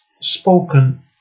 Spoken